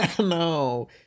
No